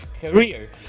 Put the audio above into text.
career